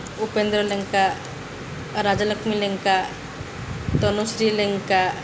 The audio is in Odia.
ଉପେନ୍ଦ୍ର ଲେଙ୍କା ରାଜଲକ୍ଷ୍ମୀ ଲେଙ୍କା ତନୁଶ୍ରୀ ଲେଙ୍କା